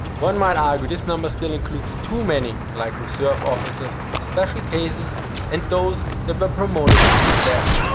one might argue this number still includes too many, like reserve officers, special cases and those that were promoted after death,